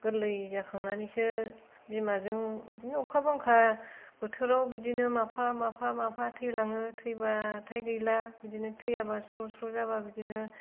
गोरलै जाखांनानैसो बिमाजों बिदिनो अखा बांखा बोथोराव बिदिनो माफा माफा माफा थैलाङो थैबाथाय गैला बिदनो थैयाबा स्र स्र जाबा बिदिनो